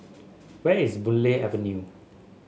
where is Boon Lay Avenue